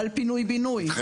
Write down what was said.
על פינוי בינוי.